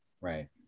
Right